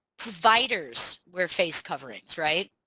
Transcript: providers wear face coverings, right?